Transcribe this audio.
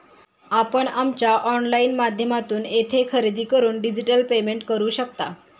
आपण आमच्या ऑनलाइन माध्यमातून येथे खरेदी करून डिजिटल पेमेंट करू शकता